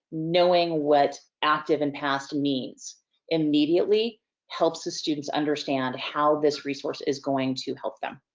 knowing what active and past means immediately helps the students understand how this resource is going to help them.